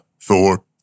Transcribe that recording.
Thor